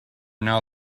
now